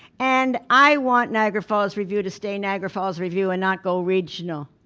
and i want niagara falls review to stay niagara falls review and not go regional,